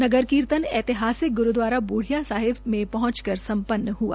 नगर कीर्तन ऐतिहासिक ग्रूद्वारा ब्रािया साहिब में पहंचकर सम्पन्न हआ